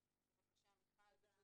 התכנית האהובה עלינו ביותר